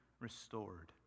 restored